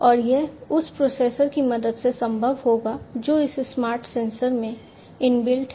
और यह उस प्रोसेसर की मदद से संभव होगा जो इस स्मार्ट सेंसर में इनबिल्ट है